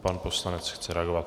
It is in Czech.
Pan poslanec chce reagovat.